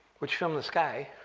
which film the sky,